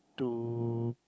to